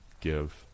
give